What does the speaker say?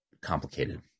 complicated